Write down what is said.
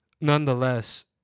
nonetheless